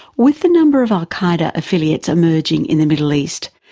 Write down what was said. with the number of al qaeda affiliates emerging in the middle east,